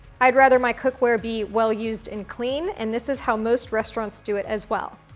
i'd rather my cookware be well used and clean and this is how most restaurants do it as well.